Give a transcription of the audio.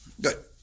Good